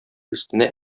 өстенә